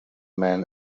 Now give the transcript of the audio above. men